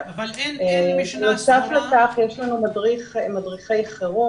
חשוב לציין